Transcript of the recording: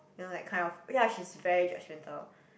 then like kind of ya she's very judgemental